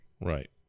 Right